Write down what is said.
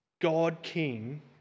God-King